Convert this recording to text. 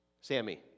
Sammy